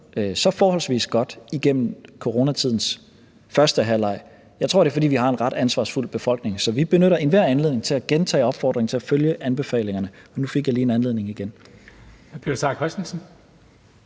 så forholdsvis godt igennem coronatidens første halvleg. Jeg tror, det er, fordi vi har en ret ansvarsfuld befolkning. Så vi benytter enhver anledning til at gentage opfordringen til at følge anbefalingerne. Og nu fik jeg lige en anledning igen.